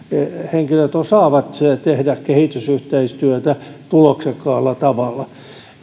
henkilöt osaavat tehdä kehitysyhteistyötä tuloksekkaalla tavalla